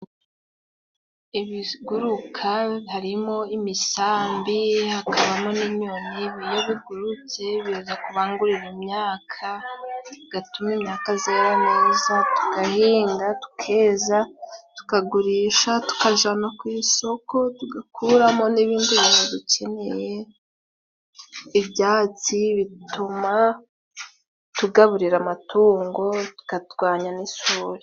Ibiguruka harimo imisambi, hakabamo n'inyoni. Iyo bigurutse biza kubangurira imyaka, bigatuma imyaka zera neza. Tugahinga, tukeza ,tukagurisha, tukazana ku isoko, tugakuramo n'ibindi bintu dukeneye. Ibyatsi bituma tugaburira amatungo tukarwanya n'isuri.